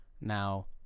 now